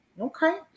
Okay